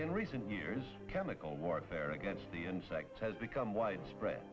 in recent years chemical warfare against the insect has become widespread